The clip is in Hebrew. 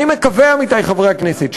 עמיתי חברי הכנסת,